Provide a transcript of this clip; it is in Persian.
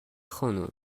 خانم